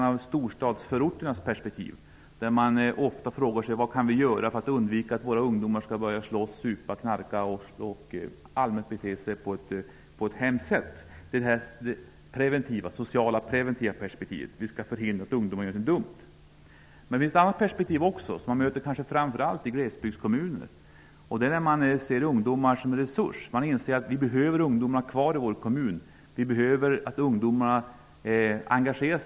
Vi har storstadsförorternas perspektiv, där man ofta frågar sig vad man kan göra för att undvika att ungdomarna skall börja slåss, supa, knarka och rent allmänt bete sig på ett destruktivt sätt. Det är det socialt preventiva perspektivet, där man vill förhindra att ungdomar gör dumma saker. Det finns också ett annat perspektiv, som man framför allt möter i glesbygdskommuner. Där ser man ungdomar som en resurs. Man inser att man behöver ha kvar ungdomarna i sin kommun. Man behöver ungdomarnas engagemang.